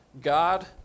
God